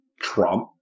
Trump